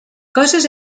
coses